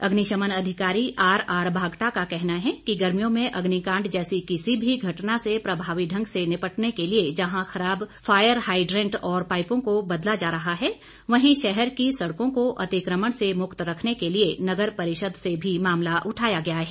अग्निशमन अधिकारी आरआर भागटा का कहना है कि गर्मियों में अग्निकांड जैसी किसी भी घटना से प्रभावी ढंग से निपटने के लिए जहां खराब फायर हाइड्रेंट और पाईपों को बदला जा रहा है वहीं शहर की सड़कों को अतिकमण से मुक्त रखने के लिए नगर परिषद से भी मामला उठाया गया है